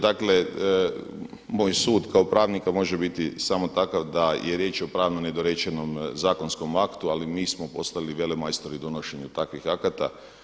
Dakle moj sud kao pravnika može biti samo takav da je riječ o pravno nedorečenom zakonskom aktu, ali mi smo postali velemajstori u donošenju takvih akata.